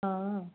हा